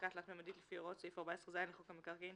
כחלקה תלת־ממדית לפי הוראות סעיף 14ז לחוק המקרקעין,